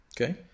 Okay